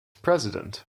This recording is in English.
president